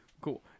cool